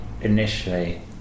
initially